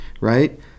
right